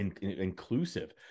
inclusive